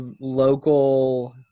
local